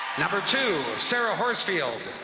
number two, sara horsfield.